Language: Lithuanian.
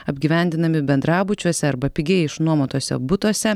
apgyvendinami bendrabučiuose arba pigiai išnuomotuose butuose